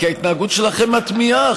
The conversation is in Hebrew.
כי ההתנהגות שלכם מתמיהה,